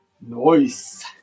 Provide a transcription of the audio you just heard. Nice